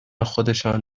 خودشان